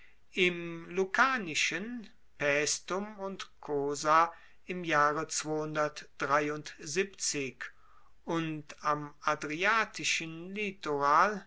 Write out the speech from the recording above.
im lucanischen paestum und cosa im jahre und am adriatischen litoral